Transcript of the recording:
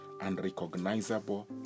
unrecognizable